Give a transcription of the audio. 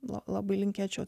labai linkėčiau